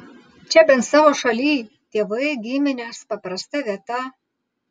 čia bent savo šalyj tėvai giminės paprasta vieta